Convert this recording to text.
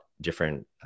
different